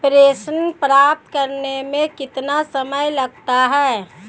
प्रेषण प्राप्त करने में कितना समय लगता है?